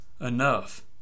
enough